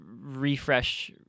refresh